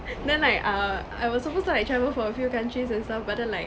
then like err I was supposed to like travel for a few countries and stuff but then like